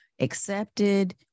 accepted